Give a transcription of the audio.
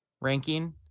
ranking